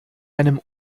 einem